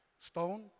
stone